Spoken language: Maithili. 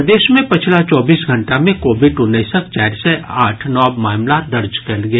प्रदेश मे पछिला चौबीस घंटा मे कोविड उन्नैसक चारि सय आठ नव मामिला दर्ज कयल गेल